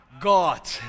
God